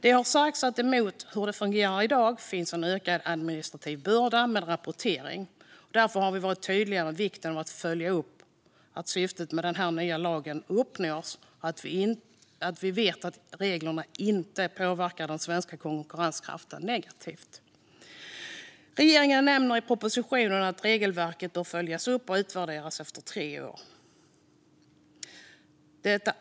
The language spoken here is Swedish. Det har sagts att det i dag finns en ökad administrativ börda med rapportering, och därför har vi varit tydliga med vikten av att följa upp att syftet med den nya lagen uppnås och att reglerna inte påverkar den svenska konkurrenskraften negativt. Regeringen nämner i propositionen att regelverket bör följas upp och utvärderas efter tre år.